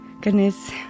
goodness